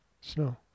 Snow